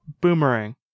Boomerang